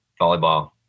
volleyball